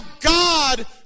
God